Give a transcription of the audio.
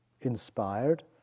Inspired